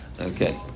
Okay